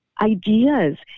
ideas